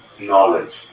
knowledge